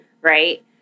right